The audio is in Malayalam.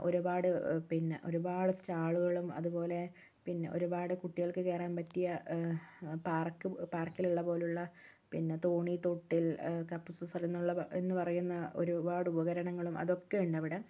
ഒരുപാട് പിന്നെ ഒരുപാട് സ്റ്റാളുകളും അതുപോലെ പിന്നെ ഒരുപാട് കുട്ടികൾക്ക് കയറാൻ പറ്റിയ പാർക്കിലുള്ളതുപോലെയുള്ള പിന്നെ തോണിത്തൊട്ടിൽ കപ്പ് സോസർ എന്നുപറയുന്ന ഒരുപാട് ഉപകരണങ്ങളും അതൊക്കെയുണ്ട് അവിടെ